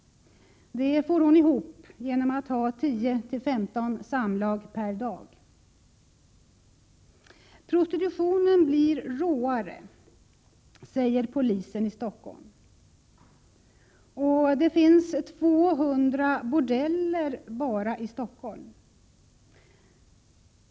Det får hon ihop genom att ha 10-15 samlag varje dag. Prostitutionen blir råare, säger polisen i Stockholm. Det finns 200 bordeller i Stockholm.